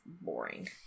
boring